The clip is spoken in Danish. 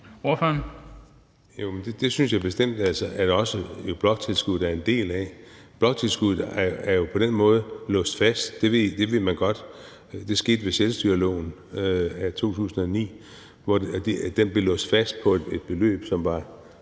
Espersen (DF): Det synes jeg bestemt at også bloktilskuddet er en del af. Bloktilskuddet er jo på den måde låst fast. Det ved man godt. Det skete ved selvstyreloven af 2009, at det blev låst fast på et beløb, som var